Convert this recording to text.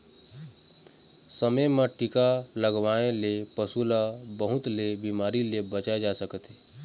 समे म टीका लगवाए ले पशु ल बहुत ले बिमारी ले बचाए जा सकत हे